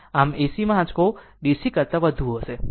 આમ AC માં આંચકો DC કરતા વધુ હશે